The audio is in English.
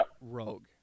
rogue